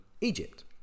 Egypt